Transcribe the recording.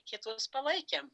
kitus palaikėm